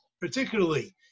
particularly